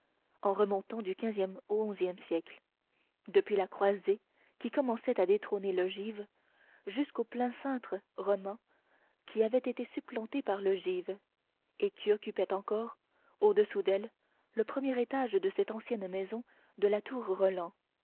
en remontant du quinzième au onzième siècle depuis la croisée qui commençait à détrôner l'ogive jusqu'au plein cintre roman qui avait été supplanté par l'ogive et qui occupait encore au-dessous d'elle le premier étage de cette ancienne maison de la